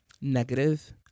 negative